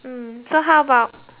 hmm so how about